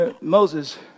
Moses